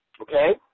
Okay